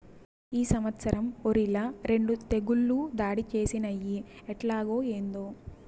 ఈ సంవత్సరం ఒరిల రెండు తెగుళ్ళు దాడి చేసినయ్యి ఎట్టాగో, ఏందో